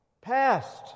Past